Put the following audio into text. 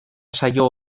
saio